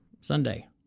Sunday